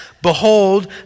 Behold